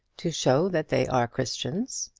to show that they are christians.